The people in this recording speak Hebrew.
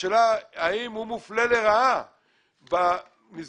השאלה האם הוא מופלה לרעה במסגרת